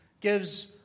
gives